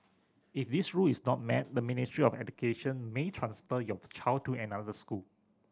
if this rule is not met the Ministry of Education may transfer your child to another school